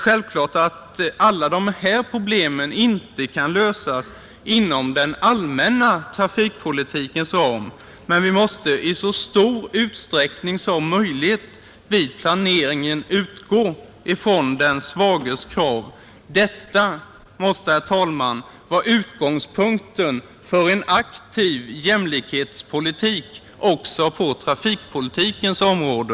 Självklart kan inte alla dessa problem lösas inom den allmänna trafikpolitikens ram, men vi måste i så stor utsträckning som möjligt vid planeringen utgå från den svages krav. Detta måste, herr talman, vara utgångspunkten för en aktiv jämlikhetspolitik också på trafikpolitikens område.